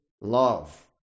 love